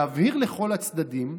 להבהיר לכל הצדדים: